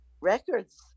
records